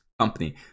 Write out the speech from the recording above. company